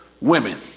women